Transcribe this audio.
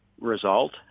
result